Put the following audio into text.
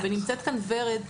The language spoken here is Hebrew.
נמצאת כאן ורד.